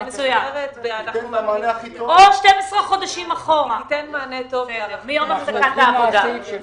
או 12 חודשים אחורה, מיום הפסקת העבודה.